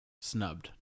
snubbed